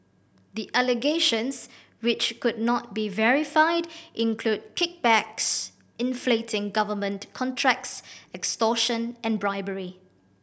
the allegations which could not be verified include kickbacks inflating government contracts extortion and bribery